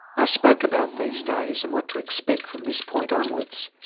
i spoke about these days and what to expect from this point onwards.